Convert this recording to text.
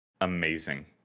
amazing